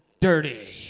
dirty